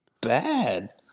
bad